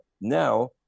now